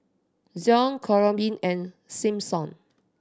Zion Corean and Simpson